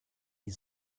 die